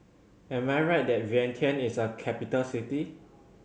am I right that Vientiane is a capital city